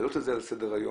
להעלות את זה על סדר היום,